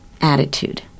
attitude